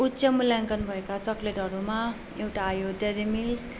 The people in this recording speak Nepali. उच्च मूल्याङ्कन भएका चकलेटहरूमा एउटा आयो डेरी मिल्क